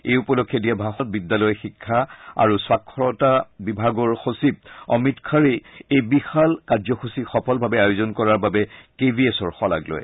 এই উপলক্ষে দিয়া ভাষণত বিদ্যালয় শিক্ষা আৰু স্বাক্ষৰতা বিভাগৰ সচিব অমিত খাৰেই এই বিশাল কাৰ্যসূচী সফলভাৱে আয়োজন কৰাৰ বাবে কে ভি এছৰ শলাগ লয়